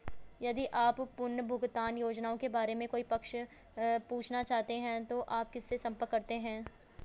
यदि आप पुनर्भुगतान योजनाओं के बारे में कोई प्रश्न पूछना चाहते हैं तो आप किससे संपर्क करते हैं?